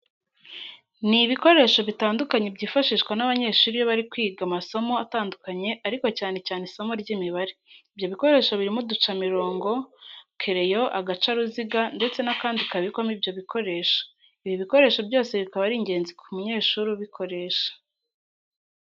Ni ibikoresho bitandukanye byifashishwa n'abanyeshuri iyo bari kwiga amasomo atandukanye ariko cyane cyane isimo ry'Imibare. Ibyo bikoresho birimo uducamirongo, kereyo, agacaruziga ndetse n'akandi kabikwamo ibyo bikoresho. Ibi bikoresho byose bikaba ari ingenzi ku munyeshuri ubukoresha.